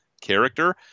character